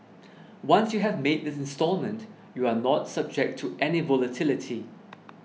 once you have made the instalment you are not subject to any volatility